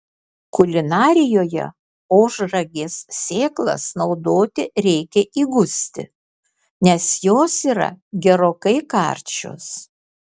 kulinarijoje ožragės sėklas naudoti reikia įgusti nes jos yra gerokai karčios